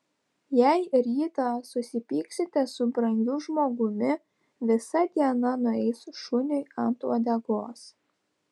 jei rytą susipyksite su brangiu žmogumi visa diena nueis šuniui ant uodegos